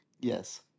Yes